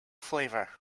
flavor